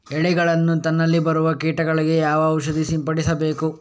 ಎಲೆಗಳನ್ನು ತಿನ್ನಲು ಬರುವ ಕೀಟಗಳಿಗೆ ಯಾವ ಔಷಧ ಸಿಂಪಡಿಸಬೇಕು?